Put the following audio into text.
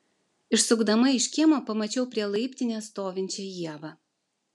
išsukdama iš kiemo pamačiau prie laiptinės stovinčią ievą